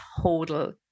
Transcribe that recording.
total